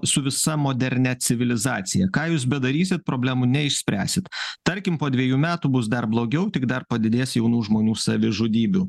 su visa modernia civilizacija ką jūs bedarysit problemų neišspręsit tarkim po dviejų metų bus dar blogiau tik dar padidės jaunų žmonių savižudybių